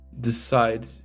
decide